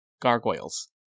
gargoyles